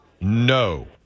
No